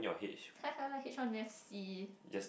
H one math C